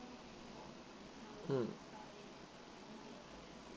mm